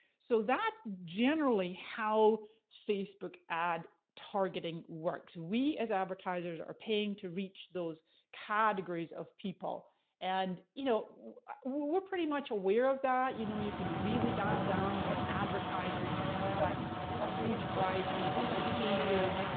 so that's generally how facebook ad targeting works. we as advertisers are paying to reach those categories of people and you know we're we're pretty much aware of that. you know, you can really dial down as an advertiser, you can select a huge variety of behaviors,